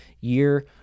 year